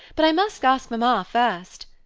but i must ask mamma first.